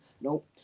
nope